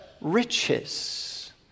riches